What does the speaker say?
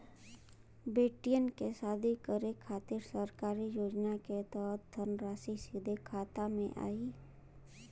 बेटियन के शादी करे के खातिर सरकारी योजना के तहत धनराशि सीधे खाता मे आई?